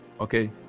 Okay